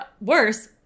worse